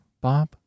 Bob